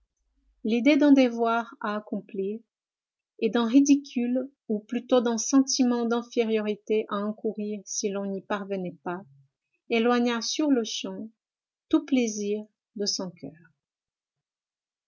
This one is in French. l'idée d'un devoir à accomplir et d'un ridicule ou plutôt d'un sentiment d'infériorité à encourir si l'on n'y parvenait pas éloigna sur-le-champ tout plaisir de son coeur